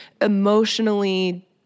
emotionally